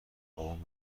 بابام